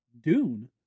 Dune